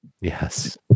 Yes